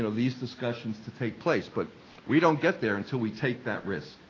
these discussions to take place, but we don't get there until we take that risk,